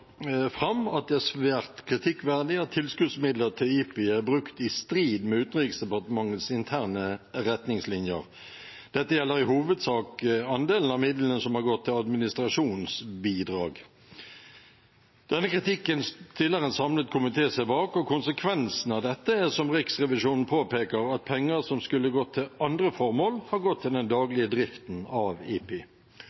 fram at det er svært kritikkverdig at tilskuddsmidler til IPI er brukt i strid med Utenriksdepartementets interne retningslinjer. Dette gjelder i hovedsak andelen av midlene som har gått til administrasjonsbidrag. Denne kritikken stiller en samlet komité seg bak, og konsekvensene av dette er – som Riksrevisjonen påpeker – at penger som skulle ha gått til andre formål, har gått til den